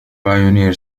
pioneer